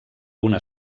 una